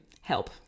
Help